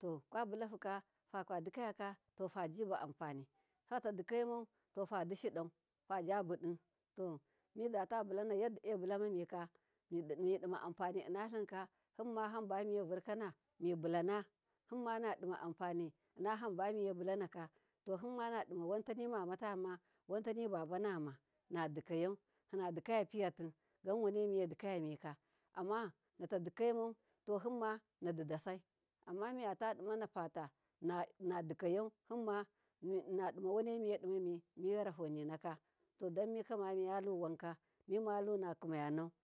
to kwabulahuka fakwadikayaka to fajiba anfani fatadikaimau to fadishidau fajab di to midatabulana yanda ebulamamika mi dima anfani innalinka hima hamba miye vurka mibulana, himmanamima anfani inna hamba miyebulanaka to himma nadima wantani mamatama wantani abanama nadikayau hinna dikaya piyati, wanemi yedikaya mika amma natadikaimau to hinma nadida sai amma miyatadimana fata na nadikayau nadima wanemedima miyarahoninaka to danyi miyaluwanka mimalunatu manau.